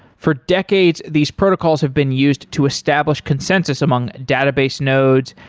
for decades, these protocols have been used to establish consensus among database nodes,